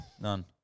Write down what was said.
None